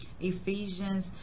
Ephesians